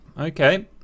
okay